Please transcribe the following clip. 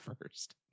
first